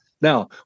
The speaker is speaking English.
Now